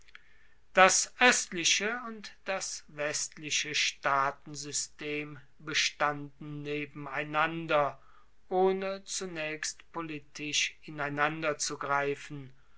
das oestliche und das westliche staatensystem bestanden nebeneinander ohne zunaechst politisch ineinanderzugreifen